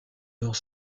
dans